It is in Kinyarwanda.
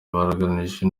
bagaragarijwe